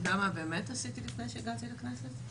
אתה יודע מה באמת עשיתי לפני שהגעתי לכנסת?